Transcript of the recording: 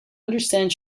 understand